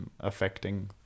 affecting